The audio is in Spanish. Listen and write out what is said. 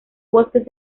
bosques